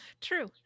True